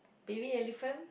baby elephant